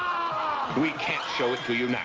we can't show it to you now.